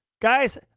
Guys